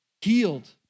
Healed